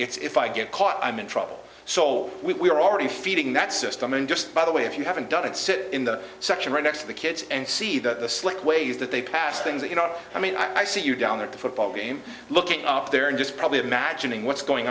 if i get caught i'm in trouble so we are already feeding that system in just by the way if you haven't done it sit in that section right next to the kids and see that the slick ways that they pass things you know i mean i see you down there to football game looking up there and just probably imagining what's going